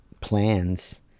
plans